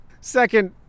Second